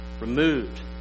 removed